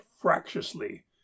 fractiously